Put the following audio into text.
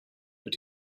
but